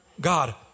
God